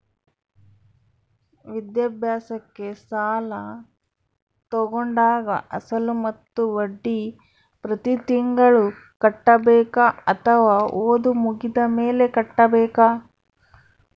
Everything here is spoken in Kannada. ವಿದ್ಯಾಭ್ಯಾಸಕ್ಕೆ ಸಾಲ ತೋಗೊಂಡಾಗ ಅಸಲು ಮತ್ತೆ ಬಡ್ಡಿ ಪ್ರತಿ ತಿಂಗಳು ಕಟ್ಟಬೇಕಾ ಅಥವಾ ಓದು ಮುಗಿದ ಮೇಲೆ ಕಟ್ಟಬೇಕಾ?